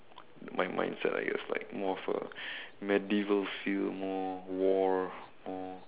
my mindset I guess like more of a medieval feel more war more